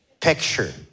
Picture